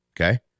Okay